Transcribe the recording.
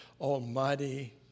Almighty